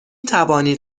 توانید